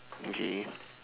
okay